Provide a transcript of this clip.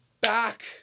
back